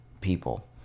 people